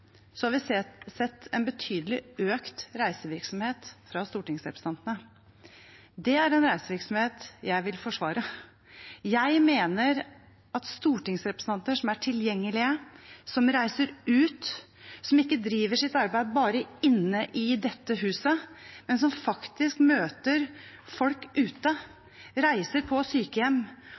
har vi sett en betydelig økt reisevirksomhet blant stortingsrepresentantene. Det er en reisevirksomhet jeg vil forsvare. Jeg mener at stortingsrepresentanter som er tilgjengelige, som reiser ut, som ikke driver sitt arbeid bare inne i dette huset, men som faktisk møter folk ute – reiser på sykehjem,